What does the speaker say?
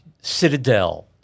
Citadel